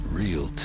real